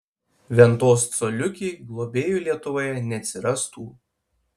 ventos coliukei globėjų lietuvoje neatsirastų